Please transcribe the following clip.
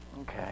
Okay